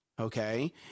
Okay